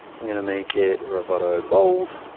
i'm gonna make it roboto bold.